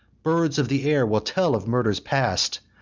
birds of the air will tell of murders past!